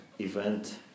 event